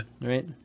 right